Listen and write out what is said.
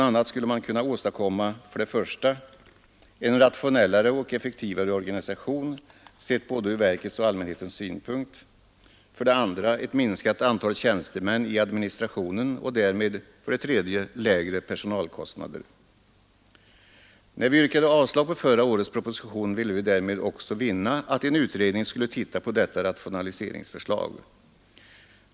a. skulle man kunna åstadkomma a) en rationellare och effektivare organisation sett både ur verkets och allmänhetens synpunkt, b) ett minskat antal tjänstemän i administrationen och därmed c) lägre personalkostnader. Då vi yrkade avslag på förra årets proposition ville vi därmed också vinna att en utredning skulle titta på detta rationaliseringsförslag.